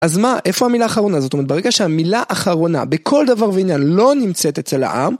אז מה, איפה המילה האחרונה הזאת? זאת אומרת, ברגע שהמילה האחרונה בכל דבר ועניין לא נמצאת אצל העם...